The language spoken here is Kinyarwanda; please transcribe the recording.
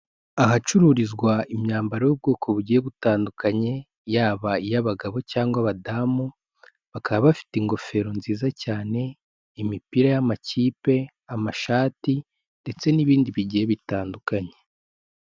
Ahacururizwa imyambaro y'ubwoko bugiye butandukanye, yaba iy'abagabo cyangwa abadamu, bakaba bafite ingofero nziza cyane, imipira y'amakipe, amashati ndetse n'ibindi bigiye bitandukanye.